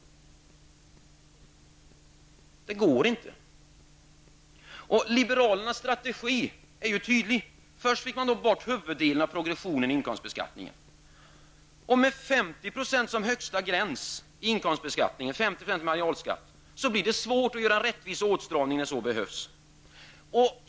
Detta går inte. Liberalernas strategi är ju tydlig. Först fick man bort huvuddelen av progressionen i inkomstbeskattningen. Med 50 % som högsta gräns i inkomstbeskattningen, 55 % marginalskatt, blir det svårt att göra en rättvis åtstramning när detta behövs.